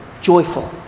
joyful